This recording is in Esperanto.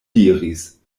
diris